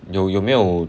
有有没有